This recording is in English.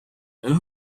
and